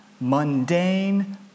mundane